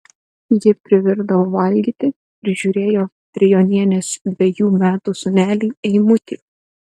ji privirdavo valgyti prižiūrėjo trijonienės dvejų metų sūnelį eimutį